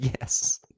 Yes